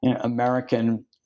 American